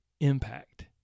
impact